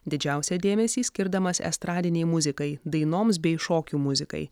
didžiausią dėmesį skirdamas estradinei muzikai dainoms bei šokių muzikai